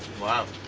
wow!